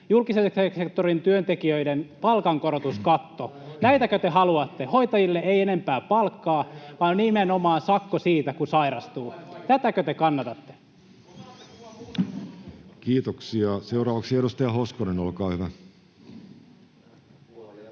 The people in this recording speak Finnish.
julkisen sektorin työntekijöiden palkankorotuskatto — näitäkö te haluatte? Hoitajille ei enempää palkkaa vaan nimenomaan sakko siitä, kun sairastuu. [Mauri Peltokangas: Pakkolain paikka!] Tätäkö te kannatatte? Kiitoksia. — Seuraavaksi edustaja Hoskonen, olkaa hyvä. Arvoisa